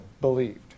believed